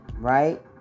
right